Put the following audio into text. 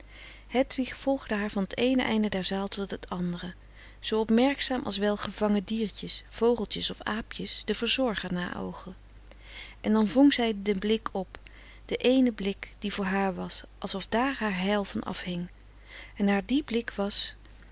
hedwig volgde haar van t eene einde der zaal tot het andere zoo opmerkzaam als wel gevangen diertjes vogeltjes of aapjes den verzorger na oogen en dan vong zij den blik op den éénen blik die voor haar was alsof daar haar heil van afhing en naar die blik was